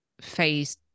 Phase